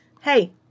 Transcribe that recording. Hey